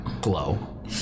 glow